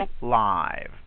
Live